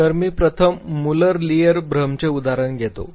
तर मी प्रथम मुलर लिअर भ्रमचे उदाहरण घेऊ